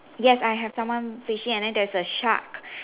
yes I have someone fishing and then there's a shark